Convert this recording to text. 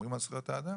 שומרים על זכויות האדם.